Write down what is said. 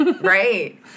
Right